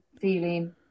feeling